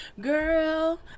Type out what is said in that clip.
girl